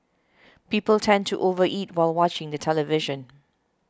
people tend to over eat while watching the television